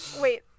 Wait